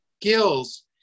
skills